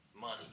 money